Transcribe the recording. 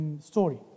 story